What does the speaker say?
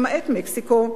למעט מקסיקו.